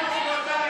משקר.